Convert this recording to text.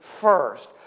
first